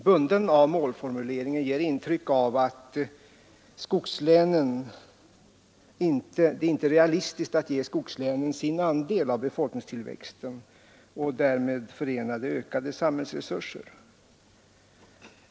Bundna av målformuleringen framhärdar de i uppfattningen att det inte är realistiskt att ge skogslänen deras andel av befolkningstillväxten och därmed förenade ökade samhällsresurser.